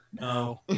No